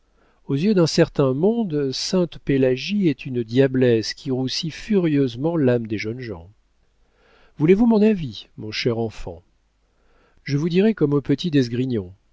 aux yeux d'un certain monde sainte-pélagie est une diablesse qui roussit furieusement l'âme des jeunes gens voulez-vous mon avis mon cher enfant je vous dirai comme au